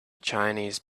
chinese